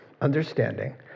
understanding